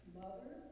mother